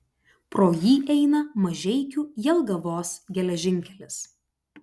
pro jį eina mažeikių jelgavos geležinkelis